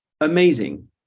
amazing